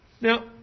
Now